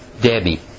Debbie